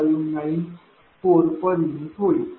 u होईल